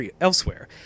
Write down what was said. elsewhere